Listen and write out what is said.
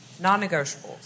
Non-negotiables